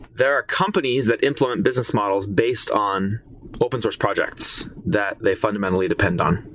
there are companies that implement business models based on open source projects that they fundamentally depend on.